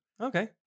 Okay